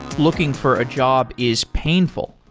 looking for a job is painful,